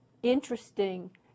interesting